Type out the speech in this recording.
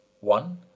One